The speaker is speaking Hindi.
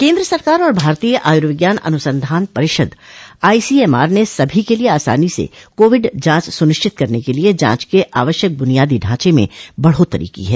केन्द्र सरकार और भारतीय आयुर्विज्ञान अनुसंधान परिषद आईसीएमआर ने सभी के लिए आसानी से कोविड जांच सुनिश्चित करने के लिए जांच के आवश्यक बुनियादी ढांचे में बढोतरी की है